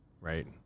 right